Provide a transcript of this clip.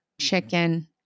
chicken